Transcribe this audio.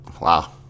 wow